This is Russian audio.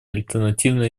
альтернативы